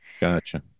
Gotcha